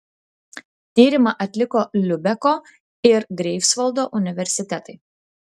tyrimą atliko liubeko ir greifsvaldo universitetai